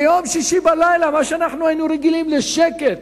ביום שישי בלילה, מה שאנחנו היינו רגילים לשקט,